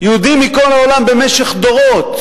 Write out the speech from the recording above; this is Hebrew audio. יהודים מכל העולם במשך דורות